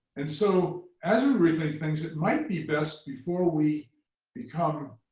and so as we rethink things, it might be best, before we become